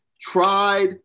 tried